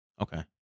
Okay